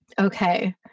okay